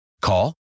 Call